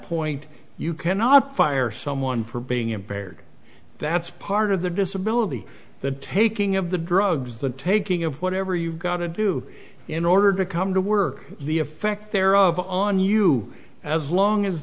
point you cannot fire someone for being impaired that's part of the disability the taking of the drugs the taking of whatever you got to do in order to come to work the effect there of on you as long as